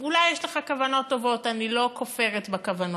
אולי יש לך כוונות טובות, אני לא כופרת בכוונות.